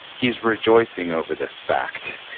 he's rejoicing over this fact.